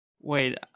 Wait